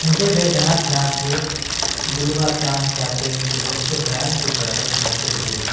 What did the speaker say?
مجھے ویدھ ناتھ ناگپور بلوا کان کا تیل کے دوسرے برانڈ کی پروڈکٹ موصول ہوئی